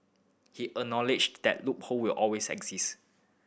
he acknowledged that loophole will always exist